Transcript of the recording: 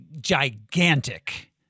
gigantic